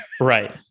right